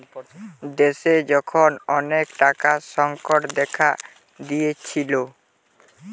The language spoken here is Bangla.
দেশে যখন অনেক টাকার সংকট দেখা দিয়েছিলো